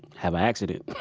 have a accident. yeah